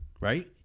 right